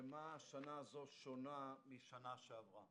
ומה השנה הזו שונה משנה שעברה?